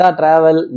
travel